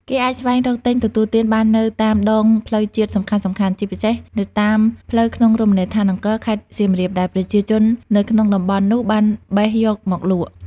គេអាចស្វែងរកទិញទទួលទានបាននៅតាមដងផ្លូវជាតិសំខាន់ៗ ជាពិសេសនៅតាមផ្លូវក្នុងរមណីយដ្ឋានអង្គរ ខេត្តសៀមរាប ដែលប្រជាជននៅក្នុងតំបន់នោះបានបេះយកមកលក់ ។